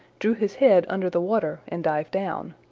drew his head under the water and dived down.